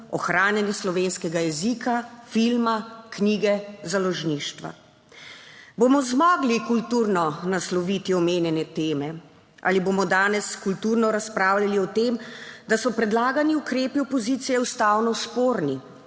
ohranjanje slovenskega jezika, filma, knjige, založništva. Bomo zmogli kulturno nasloviti omenjene teme ali bomo danes kulturno razpravljali o tem, da so predlagani ukrepi opozicije ustavno sporni,